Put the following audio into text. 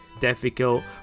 difficult